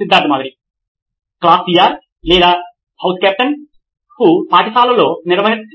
Siddharth Maturi CEO నోయిన్ electronics class CR లేదా house కెప్టెన్ల కు పాఠశాలలో